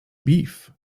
beef